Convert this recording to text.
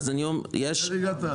איך הגעת?